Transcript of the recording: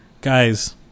Guys